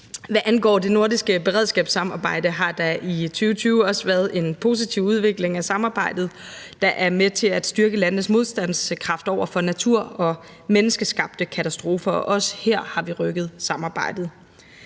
Hvad angår det nordiske beredskabssamarbejde, har der i 2020 også været en positiv udvikling af samarbejdet, der er med til at styrke landenes modstandskraft over for natur- og menneskeskabte katastrofer, og også her har vi rykket samarbejdet.